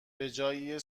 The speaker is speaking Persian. بجای